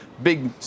Big